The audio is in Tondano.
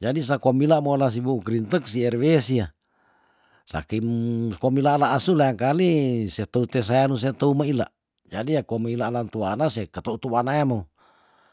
jadi sako meila moola si wuuk rintek si rw sia sa keim komila la asu leangkali se tou te se anu se teu meila jadi ya ko meila laan tuana se ketu tu wanaemo